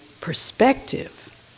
perspective